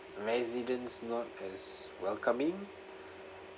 residents not as welcoming